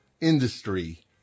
industry